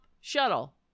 shuttle